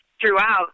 throughout